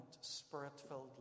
spirit-filled